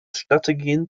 strategien